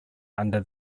under